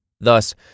Thus